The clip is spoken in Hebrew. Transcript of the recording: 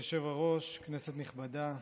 כבוד היושב-ראש, כנסת נכבדה,